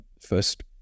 first